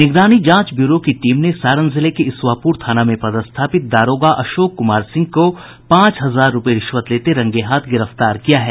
निगरानी जांच ब्यूरो की टीम ने सारण जिले के इसुआपुर थाना में पदस्थापित दारोगा अशोक कुमार सिंह को पांच हजार रूपये रिश्वत लेते रंगेहाथ गिरफ्तार किया है